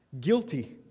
guilty